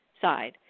side